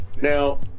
now